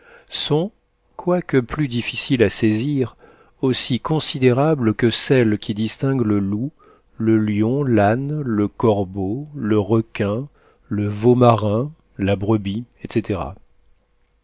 sont quoique plus difficiles à saisir aussi considérables que celles qui distinguent le loup le lion l'âne le corbeau le requin le veau marin la brebis etc